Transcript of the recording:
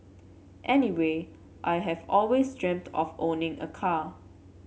anyway I have always dreamt of owning a car